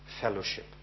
fellowship